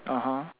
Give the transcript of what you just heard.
(uh huh)